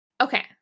Okay